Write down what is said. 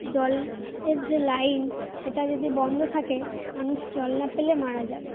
জলের যে লাইন সেটা যদি বন্ধ থাকে মানুষ জল না পেলে মারা যাবে